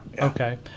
Okay